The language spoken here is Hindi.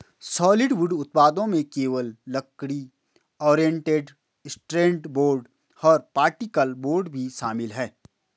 सॉलिडवुड उत्पादों में केवल लकड़ी, ओरिएंटेड स्ट्रैंड बोर्ड और पार्टिकल बोर्ड भी शामिल है